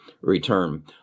return